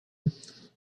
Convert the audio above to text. und